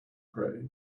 pray